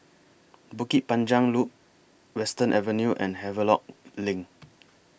Bukit Panjang Loop Western Avenue and Havelock LINK